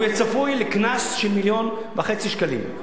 הוא יהיה צפוי לקנס של מיליון וחצי שקלים.